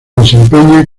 desempeña